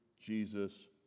Jesus